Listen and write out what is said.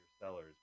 Sellers